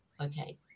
okay